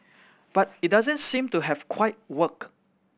but it doesn't seem to have quite worked